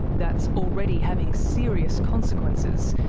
that's already having serious consequences,